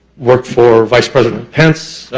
works for vice president hands,